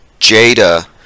Jada